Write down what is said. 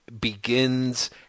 begins